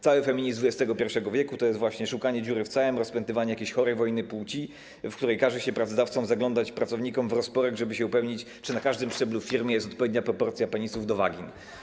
Cały feminizm XXI w. to jest właśnie szukanie dziury w całym, rozpętywanie jakiejś chorej wojny płci, w której każe się pracodawcom zaglądać pracownikom w rozporek, żeby się upewnić, czy na każdym szczeblu w firmie jest odpowiednia proporcja penisów do wagin.